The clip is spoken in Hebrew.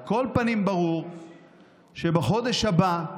על כל פנים, ברור שבחודש הבא,